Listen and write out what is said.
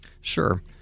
Sure